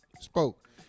Spoke